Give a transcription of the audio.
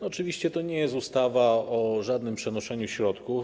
Oczywiście to nie jest ustawa o żadnym przenoszeniu środków.